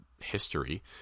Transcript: history